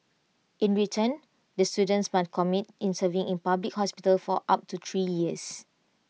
in return the students must commit in serving in public hospitals for up to three years